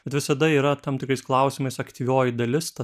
bet visada yra tam tikrais klausimais aktyvioji dalis ta